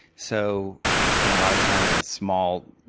so i spent a lot of time in a small,